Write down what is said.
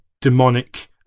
demonic